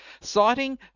citing